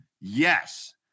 yes